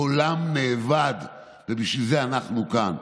קולם אבד, ובשביל זה אנחנו כאן.